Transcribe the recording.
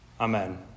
Amen